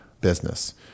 business